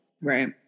Right